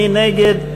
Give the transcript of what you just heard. מי נגד?